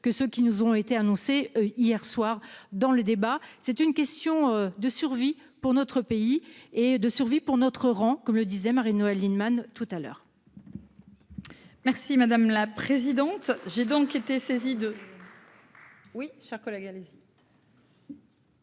que ceux qui nous ont été annoncées hier soir dans le débat, c'est une question de survie pour notre pays et de survie pour notre rang, comme le disait Marie-Noëlle Lienemann tout à l'heure.-- Merci madame la présidente. J'ai donc été saisie de.-- Oui, chers collègues. Allez-y.